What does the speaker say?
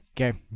Okay